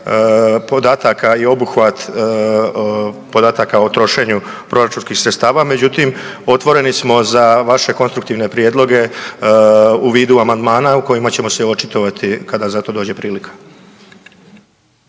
podataka i obuhvat podataka o trošenju proračunskih sredstava, međutim otvoreni smo za vaše konstruktivne prijedloge u vidu amandmana u kojima ćemo se očitovati kada za to dođe prilika.